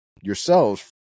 yourselves